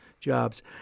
jobs